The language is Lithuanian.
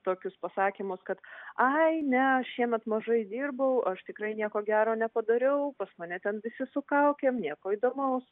tokius pasakymus kad ai ne šiemet mažai dirbau aš tikrai nieko gero nepadariau pas mane ten visi su kaukėm nieko įdomaus